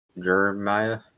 Jeremiah